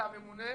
אלא הממונה,